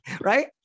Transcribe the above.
right